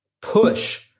Push